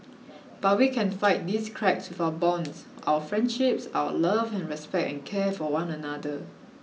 but we can fight these cracks with our bonds our friendships our love and respect and care for one another